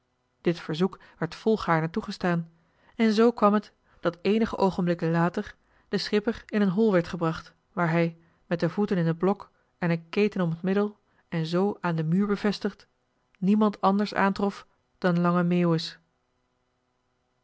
dit verzoek werd volgaarne toegestaan en zoo kwam het dat eenige oogenblikken later de schipper in een hol werd gebracht waar hij met de voeten in het blok en een keten om het middel en zoo aan den muur bevestigd niemand anders aantrof dan lange meeuwis